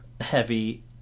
heavy